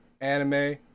anime